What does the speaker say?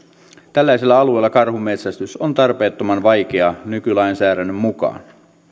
tällaisella alueella karhunmetsästys on tarpeettoman vaikeaa nykylainsäädännön mukaan